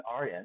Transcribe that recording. RN